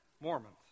Mormons